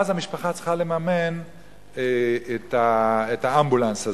ואז המשפחה צריכה לממן את האמבולנס הזה.